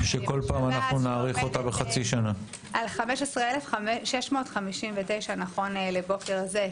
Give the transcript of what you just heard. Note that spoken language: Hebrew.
שבשב"ס עומדת על 15,659 נכון לבוקר זה.